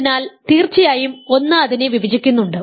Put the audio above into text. അതിനാൽ തീർച്ചയായും 1 അതിനെ വിഭജിക്കുന്നുണ്ട്